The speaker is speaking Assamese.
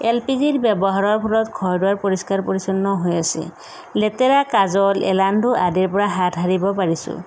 এল পি জিৰ ব্যৱহাৰৰ ফলত ঘৰ দুৱাৰ পৰিষ্কাৰ পৰিচ্ছন্ন হৈ আছে লেতেৰা কাজল এলান্ধু আদিৰ পৰা হাত সাৰিব পাৰিছোঁ